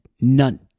None